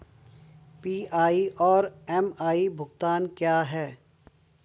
PI और MI भुगतान क्या हैं?